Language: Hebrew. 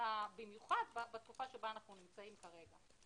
במיוחד בתקופה שבה אנחנו נמצאים כרגע.